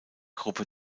gruppe